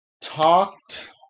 talked